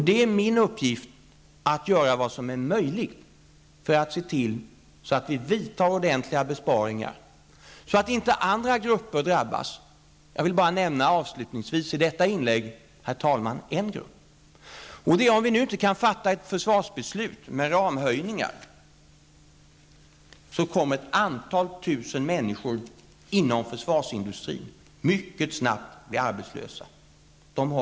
Det är min uppgift att göra vad som är möjligt för att se till att vi vidtar ordentliga besparingar så att inte andra grupper drabbas. Jag vill, herr talman, nu bara nämna en grupp. Om vi inte kan fatta ett försvarsbeslut som ger utökade ekonomiska ramar kommer nämligen ett antal tusen människor inom försvarsindustrin mycket snabbt att bli arbetslösa.